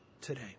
today